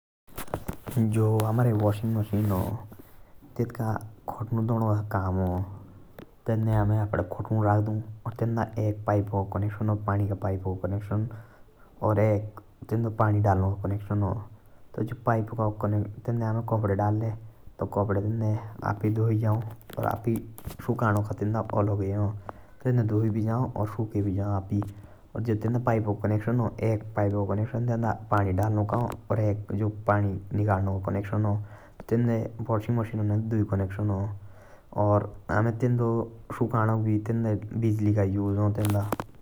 जो हमारे washing machine ह तेत्तका खट्नु धोणा का काम ह। तेन्दे आमे अपड़े खातुन दऊ। और तेन्दा पाइप का कनेक्षन ह।